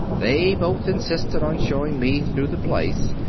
they both insisted on showing me through the place.